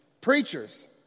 preachers